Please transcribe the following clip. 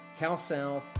CalSouth